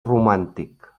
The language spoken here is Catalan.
romàntic